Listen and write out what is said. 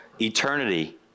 eternity